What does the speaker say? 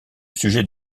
sujet